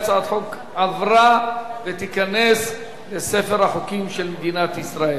החוק עבר וייכנס לספר החוקים של מדינת ישראל.